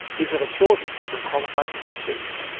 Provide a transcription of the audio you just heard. is it a shortage of qualified teachers?